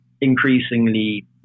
increasingly